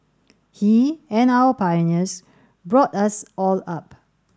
he and our pioneers brought us all up